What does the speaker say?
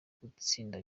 gutsinda